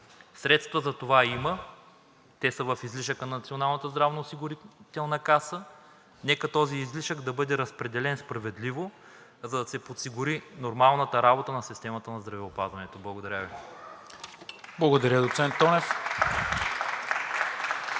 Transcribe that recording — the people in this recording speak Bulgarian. Средства за това има – те са в излишъка на Националната здравноосигурителна каса, нека този излишък да бъде разпределен справедливо, за да се подсигури нормалната работа на системата на здравеопазването. Благодаря Ви. (Ръкопляскания от „Продължаваме